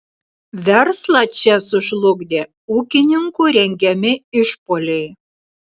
verslą čia sužlugdė ūkininkų rengiami išpuoliai